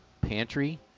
pantry